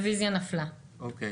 הצבעה לא אושרה.